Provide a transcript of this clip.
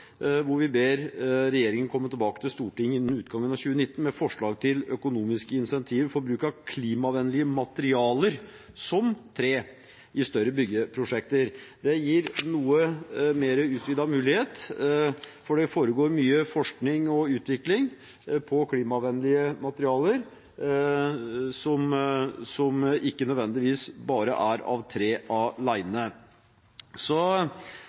vi ber regjeringen innen utgangen av 2019 komme tilbake til Stortinget med forslag til økonomiske incentiver for bruk av klimavennlige materialer, som tre, i større byggeprosjekter. Det gir en noe mer utvidet mulighet, for det foregår mye forskning og utvikling på klimavennlige materialer, som ikke nødvendigvis bare er tre